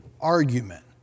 argument